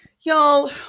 y'all